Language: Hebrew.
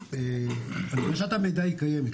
הנגשת המידע קיימת,